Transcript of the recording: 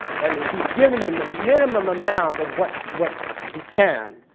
that is, he's given them the minimum amount of what what he can.